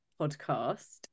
podcast